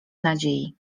nadziei